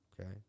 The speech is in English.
Okay